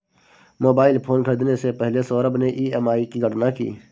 mobile phone खरीदने से पहले सौरभ ने ई.एम.आई की गणना की